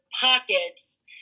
pockets